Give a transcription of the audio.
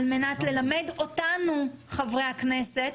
על מנת ללמד אותנו חברי הכנסת,